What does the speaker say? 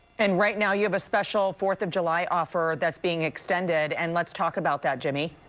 and right now you have a special fourth of july offer that's being extended and let's talk about that, jimmy.